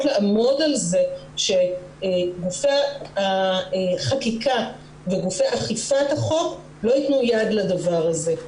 לעמוד על זה שנושא החקיקה וגופי אכיפת החוק לא ייתנו יד לדבר הזה.